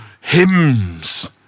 hymns